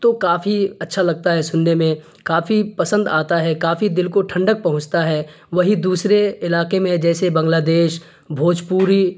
تو کافی اچھا لگتا ہے سننے میں کافی پسند آتا ہے کافی دل کو ٹھنڈک پہنچتا ہے وہی دوسرے علاقے میں جیسے بنگلہدیش بھوجپوری